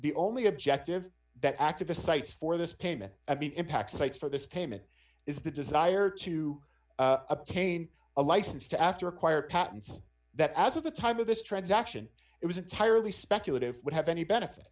the only objective that activist cites for this payment impacts sites for this payment is the desire to obtain a license to after acquire patents that as of the time of this transaction it was entirely speculative would have any benefit